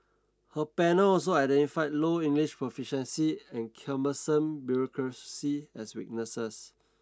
her panel also identified low English proficiency and cumbersome bureaucracy as weaknesses